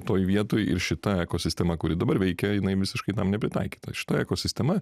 toj vietoj ir šita ekosistema kuri dabar veikia jinai visiškai tam nepritaikyta šita ekosistema